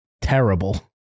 Terrible